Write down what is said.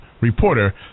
reporter